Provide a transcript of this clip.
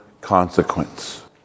consequence